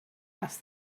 asked